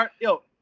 Yo